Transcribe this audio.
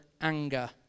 anger